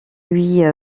lui